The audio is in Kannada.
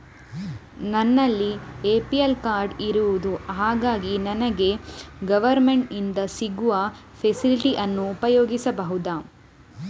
ನನ್ನಲ್ಲಿ ಎ.ಪಿ.ಎಲ್ ಕಾರ್ಡ್ ಇರುದು ಹಾಗಾಗಿ ನನಗೆ ಗವರ್ನಮೆಂಟ್ ಇಂದ ಸಿಗುವ ಫೆಸಿಲಿಟಿ ಅನ್ನು ಉಪಯೋಗಿಸಬಹುದಾ?